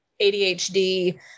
ADHD